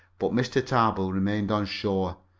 but mr. tarbill remained on shore,